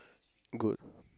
good